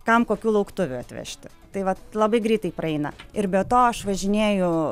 kam kokių lauktuvių atvežti tai vat labai greitai praeina ir be to aš važinėju